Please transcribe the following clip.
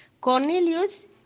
Cornelius